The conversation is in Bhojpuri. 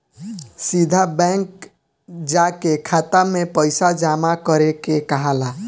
सीधा बैंक जाके खाता में पइसा जामा करे के कहाला